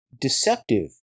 deceptive